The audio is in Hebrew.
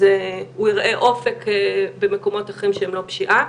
אז הוא יראה אופק במקומות אחרים שהם לא פשיעה.